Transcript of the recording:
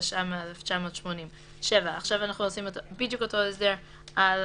התש"ם 1980. 7 עכשיו אנחנו עושים בדיוק אותו הסדר על